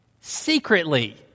secretly